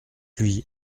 lui